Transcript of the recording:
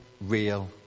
real